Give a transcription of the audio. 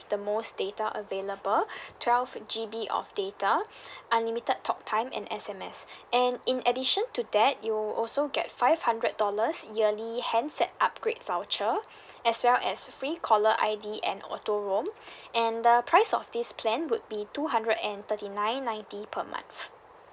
the most data available twelve G_B of data unlimited talk time and S_M_S and in addition to that you will also get five hundred dollars yearly handset upgrade voucher as well as free caller I_D and auto roam and the price of this plan would be two hundred and thirty nine ninety per month